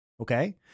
Okay